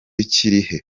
kirihe